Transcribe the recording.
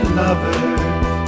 lovers